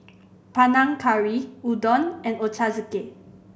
Panang Curry Udon and Ochazuke